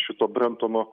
šito brentono